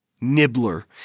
Nibbler